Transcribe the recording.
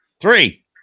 Three